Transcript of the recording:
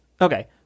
okay